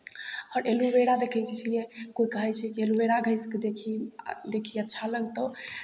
आओर एलुवेरा देखै जे छियै कोइ कहै छै कि एलुवेरा घँसि कऽ देखही देखही अच्छा लगतहु